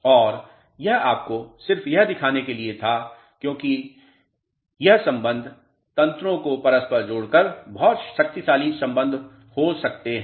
और यह आपको सिर्फ यह दिखाने के लिए था क्योंकि यह संबंध तंत्रों को परस्पर जोड़कर बहुत शक्तिशाली संबंध हो सकते हैं